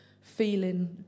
feeling